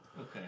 Okay